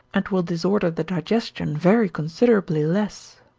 and will disorder the digestion very considerably less.